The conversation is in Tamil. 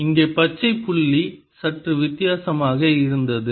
இங்கே பச்சை புள்ளி சற்று வித்தியாசமாக இருந்தது